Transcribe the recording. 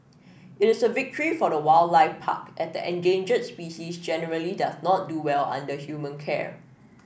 it is a victory for the wildlife park as the endangered species generally does not do well under human care